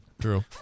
True